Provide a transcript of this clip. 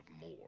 more